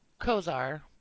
Kozar